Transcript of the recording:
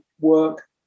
work